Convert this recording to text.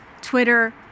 Twitter